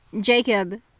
Jacob